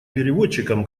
переводчикам